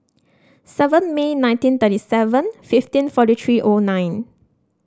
seven May nineteen thirty seven fifteen forty three O nine